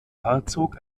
herzog